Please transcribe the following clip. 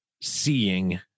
seeing